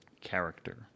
character